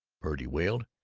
purdy wailed.